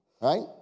Right